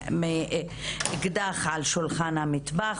מ"אקדח על שולחן המטבח",